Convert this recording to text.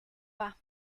pas